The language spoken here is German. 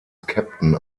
captain